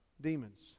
demons